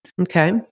Okay